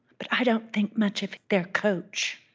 but i don't think much of their coach.